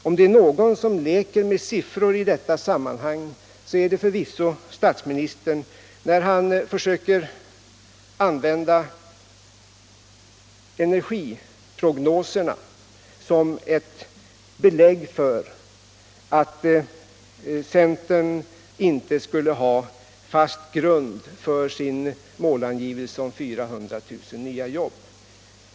Om det är någon som leker med siffror i detta sammanhang, så är det förvisso statsministern, när han försöker använda energiprognoserna som ett belägg för att centern inte skulle ha fast grund för sin målangivelse 400 000 nya jobb.